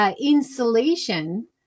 insulation